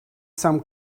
some